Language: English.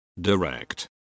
direct